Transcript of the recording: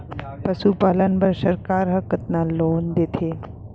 पशुपालन बर सरकार ह कतना लोन देथे?